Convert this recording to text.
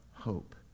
hope